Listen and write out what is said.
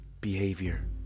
behavior